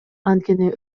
анткени